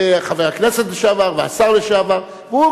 חבר הכנסת לשעבר והשר לשעבר,